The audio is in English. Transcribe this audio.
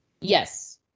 Yes